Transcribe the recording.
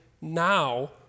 now